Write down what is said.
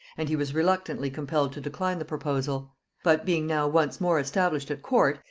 and he was reluctantly compelled to decline the proposal but being now once more established at court,